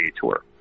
tour